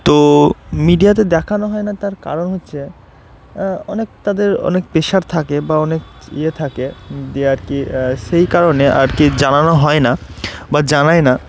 তো মিডিয়াতে দেখানো হয় না তার কারণ হচ্ছে অনেক তাদের অনেক প্রেশার থাকে বা অনেক ইয়ে থাকে যেয়ে আর কি সেই কারণে আর কি জানানো হয় না বা জানায় না